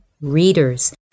readers